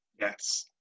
Yes